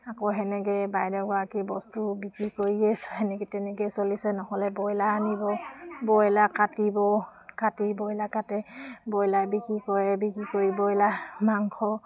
আকৌ সেনেকৈ বাইদেউগৰাকী বস্তু বিক্ৰী কৰিয়ে সেনেকৈ তেনেকৈয়ে চলিছে নহ'লে ব্ৰইলাৰ আনিব ব্ৰইলাৰ কাটিব কাটি ব্ৰইলাৰ কাটে ব্ৰইলাৰ বিক্ৰী কৰে বিক্ৰী কৰি ব্ৰইলাৰ মাংস